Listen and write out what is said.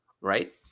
right